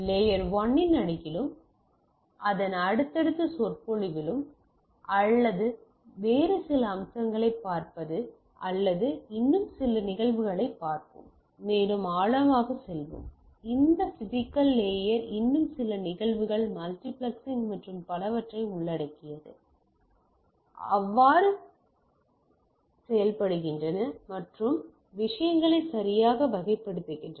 layer 1 இன் அடுக்கிலும் அதன் அடுத்தடுத்த சொற்பொழிவிலும் அல்லது வேறு சில அம்சங்களைப் பார்ப்பது அல்லது இன்னும் சில நிகழ்வுகளைப் பார்ப்போம் மேலும் ஆழமாகச் செல்வோம் இந்த பிசிக்கல் லேயர் இன்னும் சில நிகழ்வுகள் மல்டிபிளெக்சிங் மற்றும் பலவற்றையும் உள்ளடக்கியது அவை எவ்வாறு செயல்படுகின்றன மற்றும் விஷயங்களை சரியாக வகைப்படுத்துகின்றன